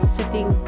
sitting